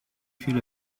viele